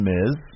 Miz